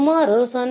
ಸುಮಾರು 0